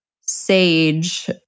sage